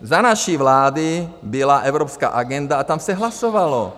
Za naší vlády byla evropská agenda a tam se hlasovalo.